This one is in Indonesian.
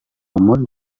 umur